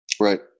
Right